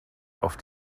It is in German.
auf